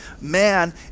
man